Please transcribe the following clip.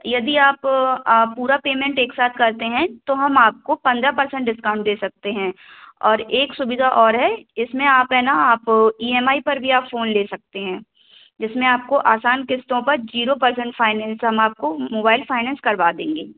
यदि आप पूरा पेमेंट एक साथ करते हैं तो हम आपको पंद्रह परसेंट डिस्काउंट दे सकते हैं और एक सुविधा और है इसमें आप है ना आप ई एम आई पर भी आप फ़ोन ले सकते हैं जिसमें आपको आसान किस्तों पर जीरो परसेंट फाइनेंस हम आपको मुबाइल फाइनेंस करवा देंगे